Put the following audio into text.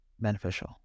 beneficial